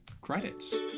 credits